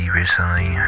recently